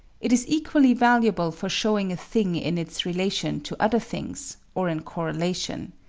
it is equally valuable for showing a thing in its relation to other things, or in correlation.